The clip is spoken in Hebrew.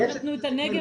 גם נתנו את הנגב,